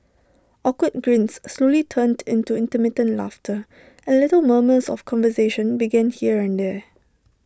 awkward grins slowly turned into intermittent laughter and little murmurs of conversation began here and there